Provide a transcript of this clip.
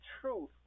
truth